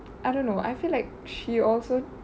I don't know I feel like she also